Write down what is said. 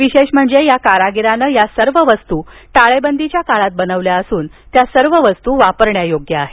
विशेष म्हणजे या कारागिराने या सर्व वस्तू टाळेबंदीच्या काळात बनविल्या असून त्या सर्व वस्तू वापरण्यायोग्य आहेत